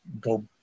go